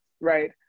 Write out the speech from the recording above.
right